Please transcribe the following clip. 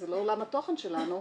זה לא עולם התוכן שלנו,